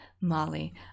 molly